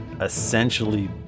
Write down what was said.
essentially